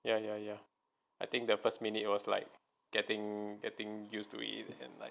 ya ya ya I think the first minute was like getting getting used to it and like